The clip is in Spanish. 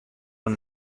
una